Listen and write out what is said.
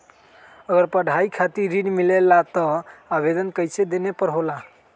अगर पढ़ाई खातीर ऋण मिले ला त आवेदन कईसे देवे के होला?